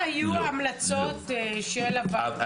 מה היו ההמלצות של הוועדה?